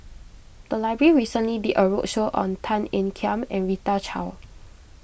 the library recently did a roadshow on Tan Ean Kiam and Rita Chao